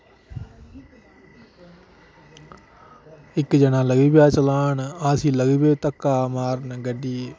इक जना लगी पेआ चलान अस लग्गी पे धक्का मारन गड्डी गी